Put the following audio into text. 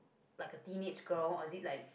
like a teenage girl or is it like